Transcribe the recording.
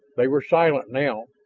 they were silent now,